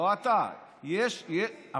לא אתה, יש, תגיד מי.